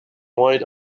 white